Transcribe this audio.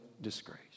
disgrace